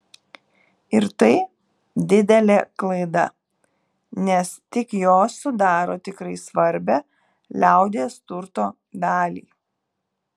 ir tai didelė klaida nes tik jos sudaro tikrai svarbią liaudies turto dalį